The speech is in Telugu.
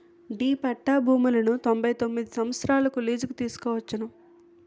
డి పట్టా భూములను తొంభై తొమ్మిది సంవత్సరాలకు లీజుకు తీసుకోవచ్చును